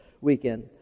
weekend